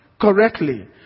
correctly